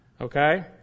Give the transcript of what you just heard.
okay